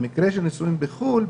במקרה של נישואים בחו"ל,